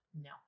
No